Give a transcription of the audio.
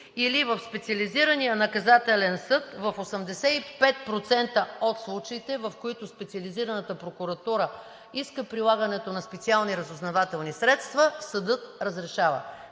Или в Специализирания наказателен съд в 85% от случаите, в които Специализираната прокуратура иска прилагането на специални разузнавателни средства, съдът разрешава.